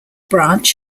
branch